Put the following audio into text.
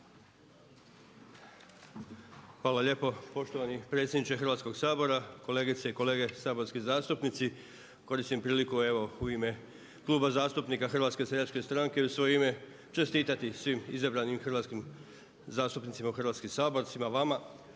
Hvala lijepo poštovani predsjedniče Hrvatskog sabora, kolegice i kolege saborski zastupnici. Koristim priliku evo u ime Kluba zastupnika Hrvatske seljačke stranke i u svoje ime čestitati svim izabranim hrvatskim zastupnicima u Hrvatski sabor, svima vama,